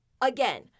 again